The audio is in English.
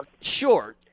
Sure